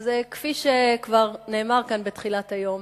אז כפי שכבר נאמר כאן בתחילת היום,